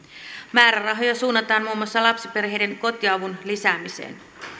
määrärahoja suunnataan muun muassa lapsiperheiden kotiavun lisäämiseen